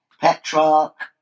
Petrarch